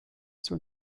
zur